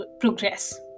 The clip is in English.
progress